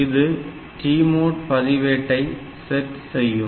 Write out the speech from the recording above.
இது TMOD பதிவேட்டை set செய்யும்